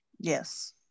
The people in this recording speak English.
Yes